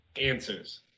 answers